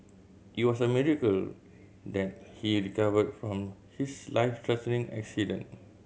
it was a miracle that he recovered from his life threatening accident